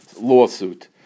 lawsuit